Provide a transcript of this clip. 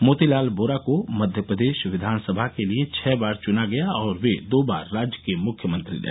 मोतीलाल वोरा को मध्य प्रदेश विधानसभा के लिए छह बार चुना गया और वे दो बार राज्य के मुख्यमंत्री रहे